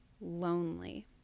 lonely